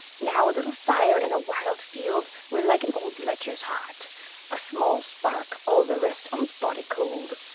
now a little fire in a wild field were like an old lecher's heart a small spark, all the rest on's body cold.